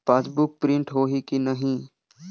Passbook print होही कि नहीं?